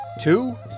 two